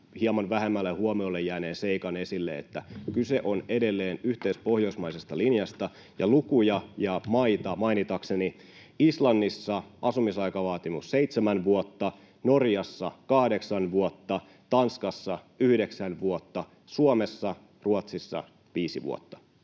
hieman vähemmälle huomiolle jääneen seikan esille, että kyse on edelleen yhteispohjoismaisesta linjasta. Lukuja ja maita mainitakseni: Islannissa asumisaikavaatimus seitsemän vuotta, Norjassa kahdeksan vuotta, Tanskassa yhdeksän vuotta, Suomessa ja Ruotsissa viisi vuotta.